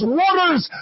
waters